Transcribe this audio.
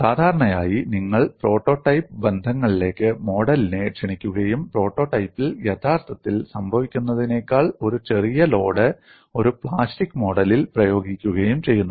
സാധാരണയായി നിങ്ങൾ പ്രോട്ടോടൈപ്പ് ബന്ധങ്ങളിലേക്ക് മോഡലിനെ ക്ഷണിക്കുകയും പ്രോട്ടോടൈപ്പിൽ യഥാർത്ഥത്തിൽ സംഭവിക്കുന്നതിനേക്കാൾ ഒരു ചെറിയ ലോഡ് ഒരു പ്ലാസ്റ്റിക് മോഡലിൽ പ്രയോഗിക്കുകയും ചെയ്യുന്നു